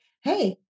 Hey